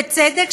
בצדק,